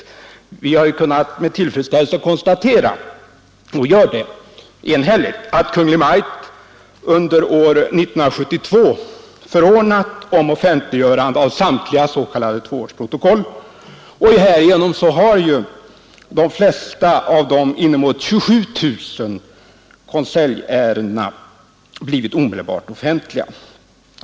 Vi har med tillfredsställelse kunnat konstatera — och gör det enhälligt — att Kungl. Maj:t under år 1972 förordnat om offentliggörande av samtliga s.k. tvåårsprotokoll. Härigenom har ju de flesta av de intemot 27 000 konseljärendena blivit omedelbart offentliga.